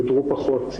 יודרו פחות,